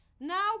Now